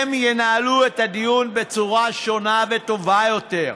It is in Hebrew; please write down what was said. הם ינהלו את הדיון בצורה שונה וטובה יותר.